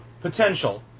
potential